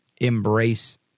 embrace